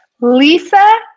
lisa